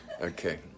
okay